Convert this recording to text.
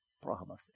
promise